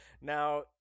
Now